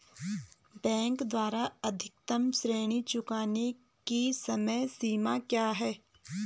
Bank द्वारा अधिकतम ऋण चुकाने की समय सीमा क्या है?